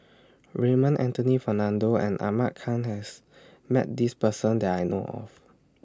Raymond Anthony Fernando and Ahmad Khan has Met This Person that I know of